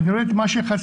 אני רואה את מה שחסר.